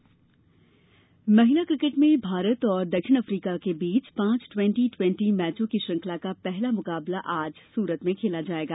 cricket महिला महिला cricket में भारत और दक्षिण अफ्रीका के बीच पांच ट्वेंटी ट्वेंटी मैचों की श्रृंखला का पहला मुकाबला आज सूरत में खेला जाएगा